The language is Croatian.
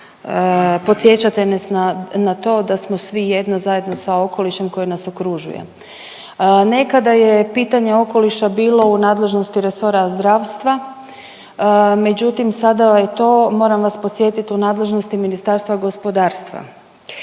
podsjećate nas na, na to da smo svi jedno zajedno sa okolišem koji nas okružuje. Nekada je pitanje okoliša bilo u nadležnosti resora zdravstva, međutim sada je to, moram vas podsjetit, u nadležnosti Ministarstva gospodarstva.